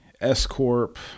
S-Corp